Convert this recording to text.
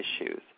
issues